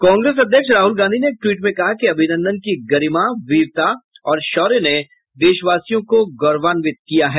कांग्रेस अध्यक्ष राहुल गांधी ने एक ट्वीट में कहा कि अभिनंदन की गरिमा वीरता और शौर्य ने देशवासियों को गौरवान्वित किया है